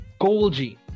Golgi